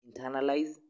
internalize